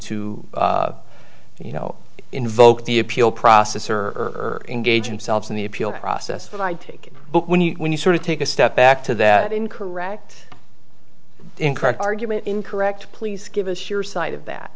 to you know invoke the appeal process or urge engage him selves in the appeal process and i take it but when you when you sort of take a step back to that in correct incorrect argument incorrect please give us your side of that